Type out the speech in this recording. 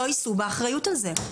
לא יישאו באחריות על זה.